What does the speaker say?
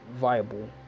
viable